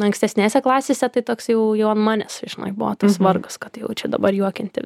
ankstesnėse klasėse tai toks jau jo manęs žinai buvo tas vargas kad va čia dabar juokinti